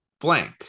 blank